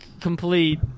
complete